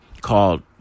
called